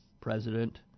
president